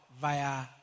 via